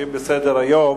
ממשיכים בסדר-היום.